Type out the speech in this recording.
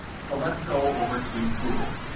so let's go over to google.